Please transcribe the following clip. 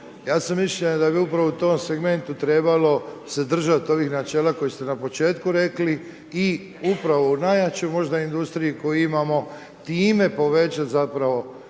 Ja sam mišljenja da bi upravo u tom segmentu trebalo se držati ovih načela koje ste na početku rekli i upravo u najjačoj možda industriji koju imamo, time povećati zapravo